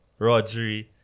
Rodri